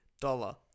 dollar